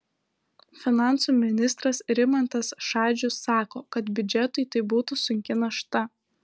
finansų ministras rimantas šadžius sako kad biudžetui tai būtų sunki našta